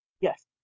yes